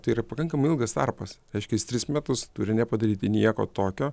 tai yra pakankamai ilgas tarpas reiškia jis tris metus turi nepadaryti nieko tokio